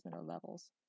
levels